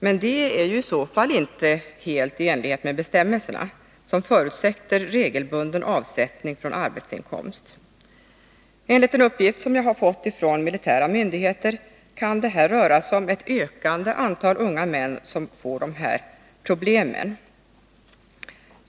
Men det är i så fall inte helt i enlighet med bestämmelserna, som förutsätter regelbunden avsättning från arbetsinkomsten. Enligt en uppgift som jag har fått från militära myndigheter kan det röra sig om ett ökande antal unga män som får de här problemen.